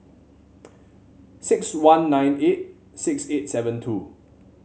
six one nine eight six eight seven two